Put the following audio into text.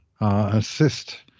assist